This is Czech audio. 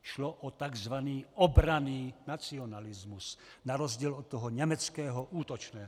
Šlo o takzvaný obranný nacionalismus na rozdíl od toho německého útočného.